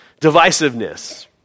divisiveness